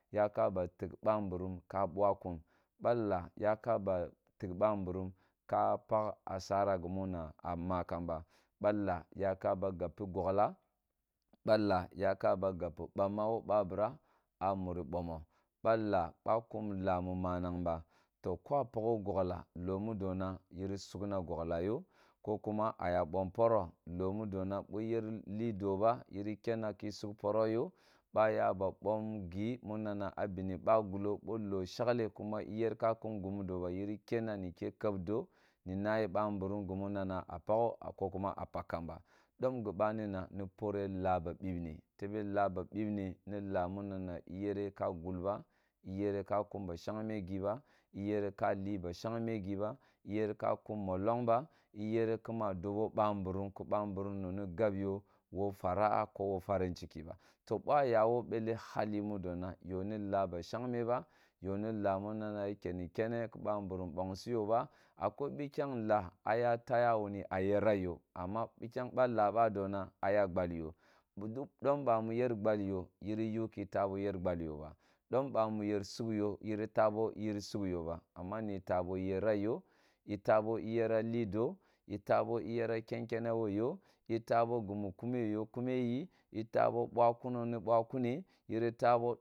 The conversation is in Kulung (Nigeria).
Ya ka ba tig ba mburum ta baa kun ba lla yaka ba tig mburum ka palah asara gimu na ama kamba ba laa yaka ba gupi gogla ba laa yaka ba gapi bamma wo babirra a muri bomo ba laa boa kumlaa mu mananh ba to ko a pagho gogla. Loo moduna yiri sug na gogla yo ko kuma a ya bom poro loo mudona bo iyer li do ba yiyi kenna ki sug puro ba ya ba bom gi muna na a bini ba gullo bo loo shegle kuma iyer ka kun gimu do ba yin kenna nike keb doo ni bani ba mburum gimu nana pa pagha a ko kuma pagh kamba dom gibani na ni paore laa ba bibne tebe laa ba biben ni laa muna na iyere ka gul ba iyere ka kum ba shagme gi ba iyere ka li ba shangme gi ba iyere ka kum molong ba iyere kuma a dabi bamburum ke ba mburum nongna gab yo wo fara a ko wo farinciki ba to bo a ya wo bele hali mudo na to ni laa ba shagme ba yo no laa mu nana ya kennu kene ki ba mbura bong si yo ba akwai bikyang lola aya taya wuni a yera yo amma bitayang ba laa ba dona aya glbal yo bu duk dom bwami nyer gbal yo ba dom bamu yer sug yo yin ta bo uyer sug yo ba amma ni tabo iyera yoye tabo iyero li doo yi tabo iyera kentenne wo yo yitabo gimu gitabo bwa kuno ni bwa kune yiri ta bo